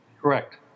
Correct